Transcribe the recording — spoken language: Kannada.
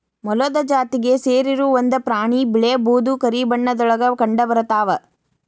ಮೊಲದ ಜಾತಿಗೆ ಸೇರಿರು ಒಂದ ಪ್ರಾಣಿ ಬಿಳೇ ಬೂದು ಕರಿ ಬಣ್ಣದೊಳಗ ಕಂಡಬರತಾವ